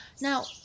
Now